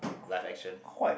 life action